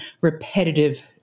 repetitive